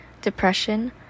depression